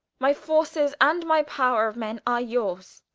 my forces and my power of men are yours.